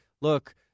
look